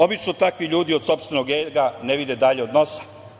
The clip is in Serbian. Obično takvi ljudi od sopstvenog ega ne vide dalje od nosa.